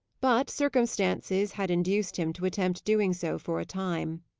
but circumstances had induced him to attempt doing so for a time.